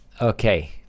Okay